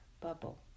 bubble